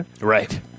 Right